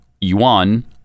Yuan